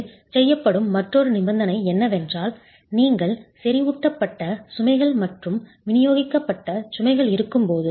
இது செய்யப்படும் மற்றொரு நிபந்தனை என்னவென்றால் நீங்கள் செறிவூட்டப்பட்ட சுமைகள் மற்றும் விநியோகிக்கப்பட்ட சுமைகள் இருக்கும்போது